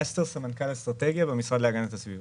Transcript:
סמנכ"ל אסטרטגיה במשרד להגנת הסביבה.